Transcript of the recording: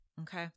Okay